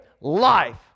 life